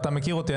ואתה מכיר אותי.